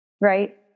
right